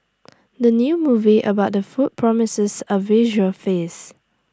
the new movie about the food promises A visual feast